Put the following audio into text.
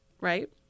right